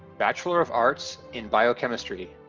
bachelor of arts in biochemistry